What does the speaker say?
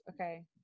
Okay